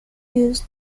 used